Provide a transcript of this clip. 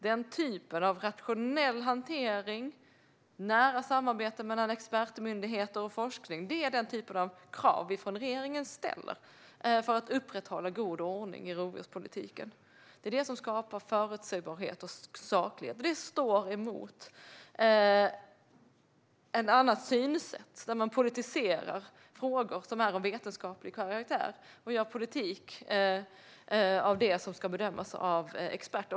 Den typen av rationell hantering i nära samarbete mellan expertmyndigheter och forskning är den typ av krav som regeringen ställer för att upprätthålla en god ordning i rovdjurspolitiken. Det skapar förutsebarhet och saklighet. Detta står emot ett annat synsätt där man politiserar frågor som är av vetenskaplig karaktär och gör politik av det som ska bedömas av experter.